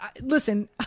Listen